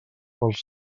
pels